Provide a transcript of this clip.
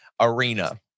arena